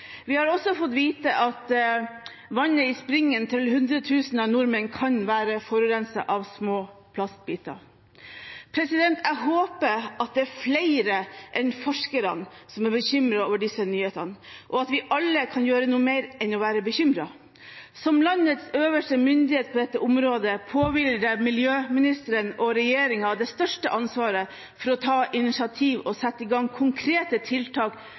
Vi har også fått vite at vannet i springen til 100 000 nordmenn kan være forurenset av små plastbiter. Jeg håper det er flere enn forskerne som er bekymret over disse nyhetene, og at vi alle kan gjøre noe mer enn å være bekymret. Som landets øverste myndighet på dette området, påhviler det miljøministeren og regjeringen det største ansvaret for å ta initiativ og sette i gang konkrete tiltak